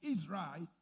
Israel